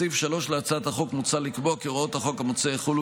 בסעיף 3 להצעת החוק מוצע לקבוע כי הוראות החוק המוצע יחולו